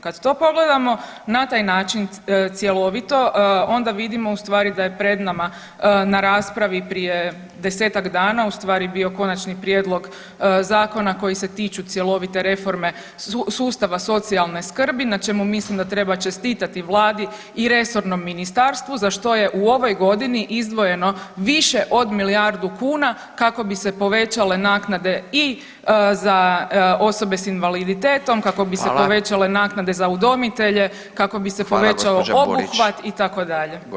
Kad to pogledamo na taj način cjelovito onda vidimo ustvari da je pred nama na raspravi prije desetak dana ustvari bio konačni prijedlog zakona koji se tiču cjelovite reforme sustava socijalne skrbi, na čemu mislim da treba čestitati Vladi i resornom ministarstvu za što je u ovoj godini izdvojeno više od milijardu kuna kako bi se povećale naknade i za osobe s invaliditetom [[Upadica Radin: Hvala.]] kako bi se povećale naknade za udomitelje, kako bi se povećao [[Upadica Radin: Hvala gospođo Burić.]] obuhvat itd.